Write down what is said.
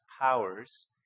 powers